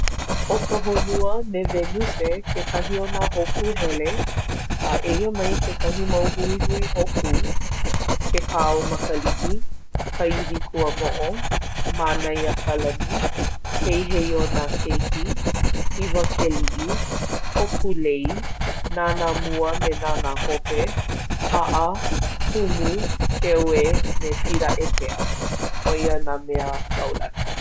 ʻO ka honua me Wenuse kekahi o nā hōkū hele. A eia mai kekahi mau huihui hōkū, Kekāomakaliʻi, Kaiwikuamoʻo, Mānaiakalani, Heiheionākeiki, ʻIwakeliʻi, Hōkūlei, Nānāmua me Nānāhope, ʻAʻa, Humu, Keoe me Piraʻetea. ʻO ia nā mea kaulana.